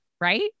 right